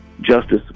justice